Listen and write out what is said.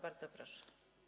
Bardzo proszę.